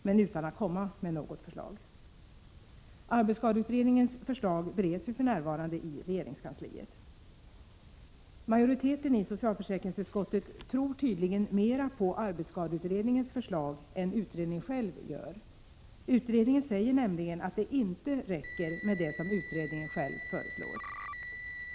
Men man har inte framlagt något förslag. Arbetsskadeutredningens förslag bereds för närvarande i regeringskansliet. Majoriteten i socialförsäkringsutskottet tror tydligen mera på arbetsskadeutredningens förslag än utredningen själv gör. Utredningen säger nämligen att det inte räcker med det som utredningen föreslår.